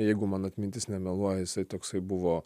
jeigu mano atmintis nemeluoja jisai toksai buvo